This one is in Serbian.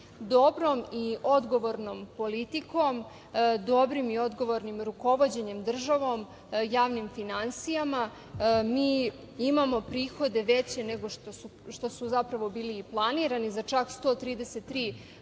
evra. Dobrom i odgovornom politikom, dobrim i odgovornim rukovođenjem državom, javnim finansijama, mi imamo prihode veće nego što su zapravo bili i planirani za čak 133 milijarde